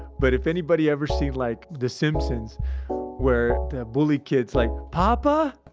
but if anybody ever seen like the simpsons where the bully kid's like, papa!